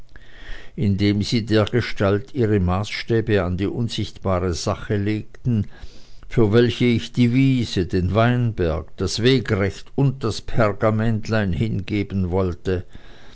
indem sie dergestalt ihre maßstäbe an die unsichtbare sache legten für welche ich die wiese den weinberg das wegrecht und das pergamentlein hingeben wollte